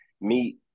meet